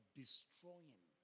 destroying